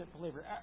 believer